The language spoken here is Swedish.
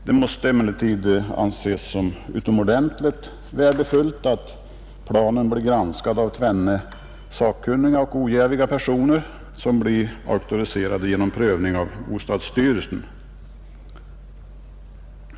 Det måste emellertid anses såsom utomordentligt värdefullt att planen blir granskad av tvenne sakkunniga och ojäviga personer som är auktoriserade genom prövning av bostadsstyrelsen.